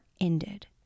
ended